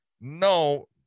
no